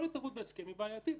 כל התערבות בהסכם היא בעייתית.